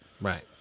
Right